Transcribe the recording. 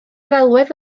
ddelwedd